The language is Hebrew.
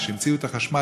כשהמציאו את החשמל,